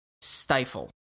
stifle